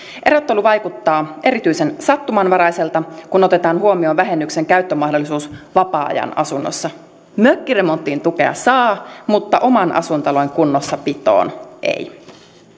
erottelu vaikuttaa erityisen sattumanvaraiselta kun otetaan huomioon vähennyksen käyttömahdollisuus vapaa ajan asunnossa mökkiremonttiin tukea saa mutta oman asuintalon kunnossapitoon ei